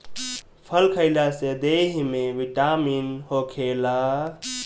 फल खइला से देहि में बिटामिन होखेला